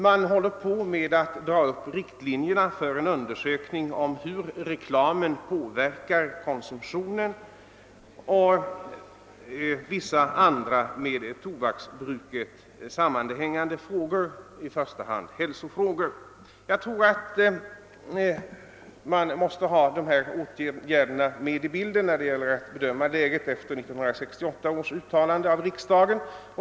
Man håller på att dra upp riktlinjerna för en undersökning av hur reklamen påverkar konsumtionen och beträffande vissa andra med tobaksbruket sammanhängande frågor, i första hand hälsofrågor. Jag tror att man måste ha dessa åtgärder med i bilden när det gäller att bedöma läget efter 1968 års uttalande av riksdagen.